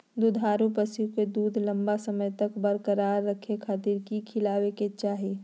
दुधारू पशुओं के दूध लंबा समय तक बरकरार रखे खातिर की खिलावे के चाही?